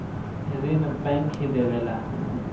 ऋण बैंक ही देवेला